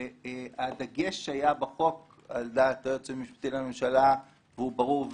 הדגש שהיה בחוק על דעת היועץ המשפטי לממשלה הוא ברור,